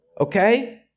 Okay